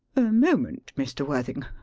a moment, mr. worthing.